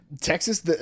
Texas